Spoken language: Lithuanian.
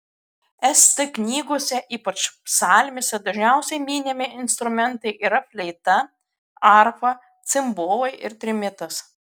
st knygose ypač psalmėse dažniausiai minimi instrumentai yra fleita arfa cimbolai ir trimitas